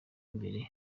imbere